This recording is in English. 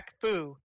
Fu